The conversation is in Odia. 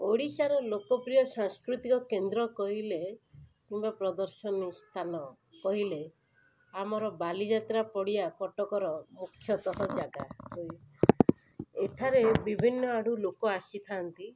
ଓଡ଼ିଶାର ଲୋକପ୍ରିୟ ସାଂସ୍କୃତିକ କେନ୍ଦ୍ର କହିଲେ କିମ୍ବା ପ୍ରଦର୍ଶନୀ ସ୍ଥାନ କହିଲେ ଆମର ବାଲିଯାତ୍ରା ପଡ଼ିଆ କଟକର ମୁଖ୍ୟତଃ ଜାଗା ଏଠାରେ ବିଭିନ୍ନ ଆଡ଼ୁ ଲୋକ ଆସିଥାନ୍ତି